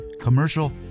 commercial